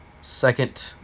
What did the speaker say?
second